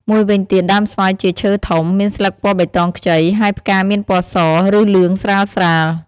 មួយវិញទៀតដើមស្វាយជាឈើធំ មានស្លឹកពណ៌បៃតងខ្ចី ហើយផ្កាមានពណ៌ស ឬលឿងស្រាលៗ។